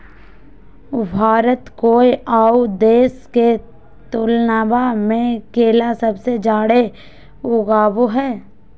भारत कोय आउ देश के तुलनबा में केला सबसे जाड़े उगाबो हइ